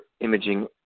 imaging